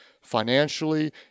financially